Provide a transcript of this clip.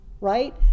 right